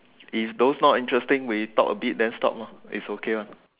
if those not interesting we talk a bit then stop lah is okay one